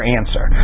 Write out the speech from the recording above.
answer